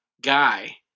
Guy